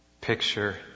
picture